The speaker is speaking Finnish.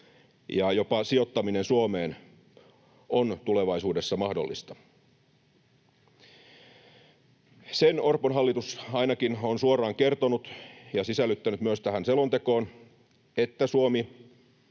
jopa sijoittaminen Suomeen on tulevaisuudessa mahdollista. Sen Orpon hallitus ainakin on suoraan kertonut ja sisällyttänyt myös tähän selontekoon, että Suomi